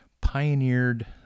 pioneered